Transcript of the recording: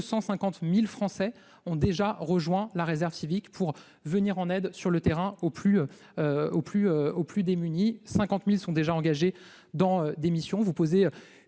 250 000 Français ont rejoint la réserve civique pour venir en aide sur le terrain aux plus démunis, et 50 000 d'entre eux sont déjà engagés dans des missions.